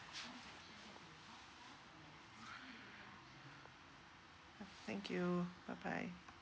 thank you bye bye